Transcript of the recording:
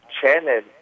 chanted